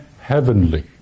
heavenly